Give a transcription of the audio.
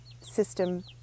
system